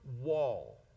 wall